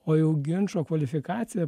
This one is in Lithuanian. o jau ginčo kvalifikaciją